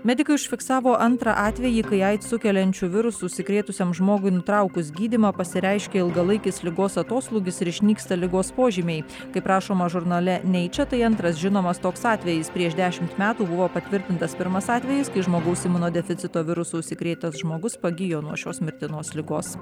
medikai užfiksavo antrą atvejį kai aids sukeliančiu virusu užsikrėtusiam žmogui nutraukus gydymą pasireiškia ilgalaikis ligos atoslūgis ir išnyksta ligos požymiai kaip rašoma žurnale neiče tai antras žinomas toks atvejis prieš dešimt metų buvo patvirtintas pirmas atvejis kai žmogaus imunodeficito virusu užsikrėtęs žmogus pagijo nuo šios mirtinos ligos